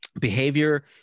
behavior